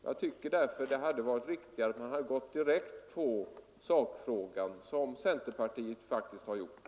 Därför tycker jag det hade varit riktigare att man gått direkt på sakfrågan, som centerpartiet faktiskt har gjort.